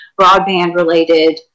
broadband-related